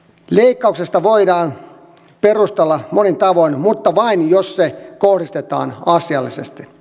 leikkausta voidaan perustella monin tavoin mutta vain jos se kohdistetaan asiallisesti